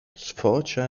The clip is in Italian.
sfocia